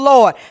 Lord